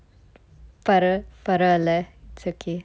பரு~ பரவால்ல:paru~ paravalla it's okay